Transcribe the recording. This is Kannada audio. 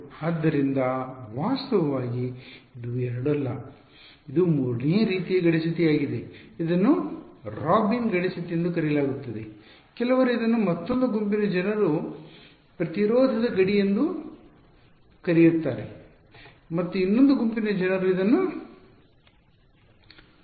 ಆದ್ದರಿಂದ ವಾಸ್ತವವಾಗಿ ಇದು ಎರಡಲ್ಲ ಇದು ಮೂರನೆಯ ರೀತಿಯ ಗಡಿ ಸ್ಥಿತಿಯಾಗಿದೆ ಇದನ್ನು ರಾಬಿನ್ ಗಡಿ ಸ್ಥಿತಿ ಎಂದು ಕರೆಯಲಾಗುತ್ತದೆ ಕೆಲವರು ಇದನ್ನು ಮತ್ತೊಂದು ಗುಂಪಿನ ಜನರು ಇದನ್ನು ಪ್ರತಿರೋಧದ ಗಡಿ ಸ್ಥಿತಿ ಎಂದು ಕರೆಯುತ್ತಾರೆ ಮತ್ತು ಇನ್ನೊಂದು ಗುಂಪಿನ ಜನರು ಇದನ್ನು ಕರೆಯುತ್ತಾರೆ